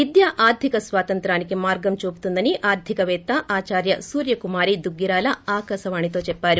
విద్య ఆర్దిక స్వాతంత్రానికి మార్గం చూపుతుందని ఆర్దిక పేత్త ఆచార్య సూర్యకుమారి దుగ్గిరాల అకాశావాణితో చెప్పారు